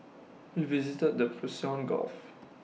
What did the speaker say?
we visited the Persian gulf